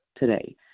Today